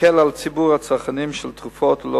תקל על ציבור הצרכנים של תרופות ללא